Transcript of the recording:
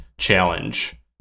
challenge